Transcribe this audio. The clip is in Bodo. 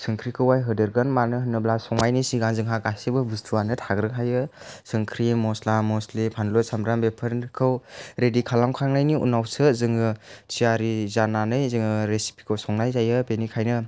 संख्रिखौहाय होदेरगोन मानो होनोब्ला संनायनि सिगां जोंहा गासिबो बुस्थुयानो थाग्रोखायो संख्रि मस्ला मस्लि फानलु सामब्राम बेफोरखौ रेदि खालाम खांनायनि उनावसो जोङो थियारि जानानै जोङो रेसिपिखौ संनाय जायो बेनिखायनो